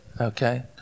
okay